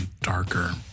darker